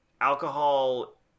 alcohol